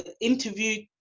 interview